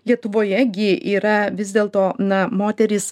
lietuvoje gi yra vis dėl to na moterys